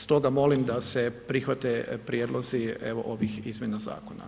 Stoga molim da se prihvate prijedlozi evo ovih izmjena zakona.